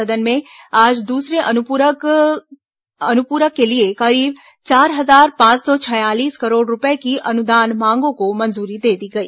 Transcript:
सदन में आज दूसरे अनुपूरक के लिए करीब चार हजार पांच सौ छियालीस करोड़ रूपये की अनुदान मांगों को मंजूरी दे दी गई